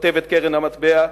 כותבת קרן המטבע,